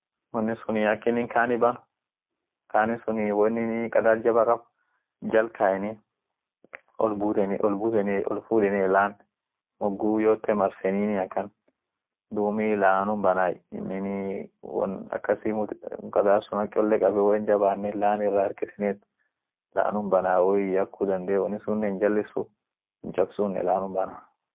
Smoke dector sunii. akinin aar darg malsunii mal dalili aarasun dufteet malsun bayaat shuufai, won sunii mal sunii ak inin darg, inama jarsun jir yote hindagarsiisai. ibidiit jira ama dalili isaat jira ama woyiit gubeta ama woiit gubeno feda malsun duum inamaanen uftayarishe baresun kasa yaati.